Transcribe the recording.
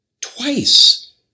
twice